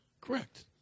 Correct